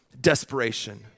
Desperation